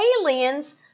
aliens